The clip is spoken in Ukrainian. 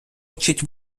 вчить